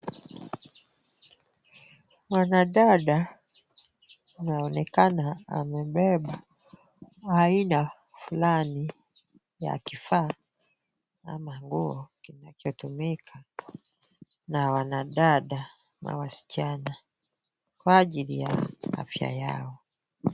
Mwanadada anaonekana amebeba aina fulani ya kifaa ama nguo kinachotumika na wanadada ama wasichana kwa ajili ya afya yao.